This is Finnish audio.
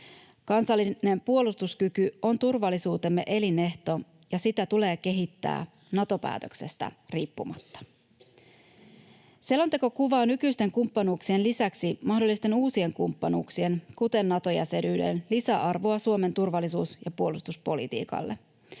Kansallinen puolustuskyky on turvallisuutemme elinehto, ja sitä tulee kehittää Nato-päätöksestä riippumatta. Selonteko kuvaa nykyisten kumppanuuksien lisäksi mahdollisten uusien kumppanuuksien, kuten Nato-jäsenyyden, lisäarvoa Suomen turvallisuus- ja puolustuspolitiikalle.